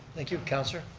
thank you, councilor?